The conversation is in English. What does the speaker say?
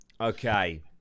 okay